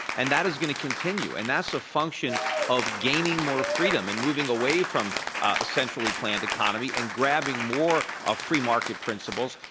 and that is going to continue. and that's a function of gaining more freedom and moving away from a centrally planned economy and grabbing more of free market principles.